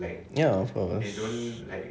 ya but